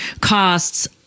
costs